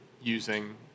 using